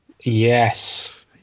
Yes